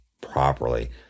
properly